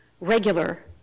regular